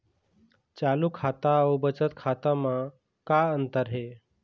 चालू खाता अउ बचत खाता म का अंतर हे?